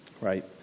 right